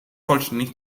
vollständig